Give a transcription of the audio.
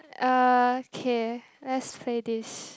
uh K let's play this